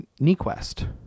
Nequest